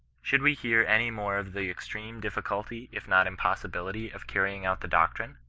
should we hear any more of the extreme difficulty, if not impossibility, of carrying out the doctrine?